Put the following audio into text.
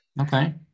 Okay